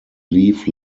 leaf